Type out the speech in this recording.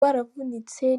wavunitse